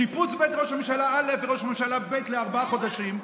שיפוץ בית ראש ממשלה א' וראש ממשלה ב' לארבעה חודשים,